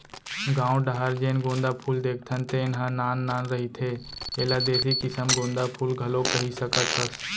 गाँव डाहर जेन गोंदा फूल देखथन तेन ह नान नान रहिथे, एला देसी किसम गोंदा फूल घलोक कहि सकत हस